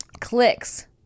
Clicks